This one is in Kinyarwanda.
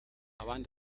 abandi